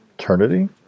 eternity